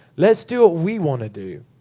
let's do what we want to do.